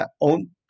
own